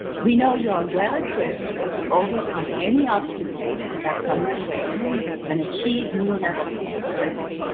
we know you're well equipped to overcome any obstacles that come your way and achieve new levels of success.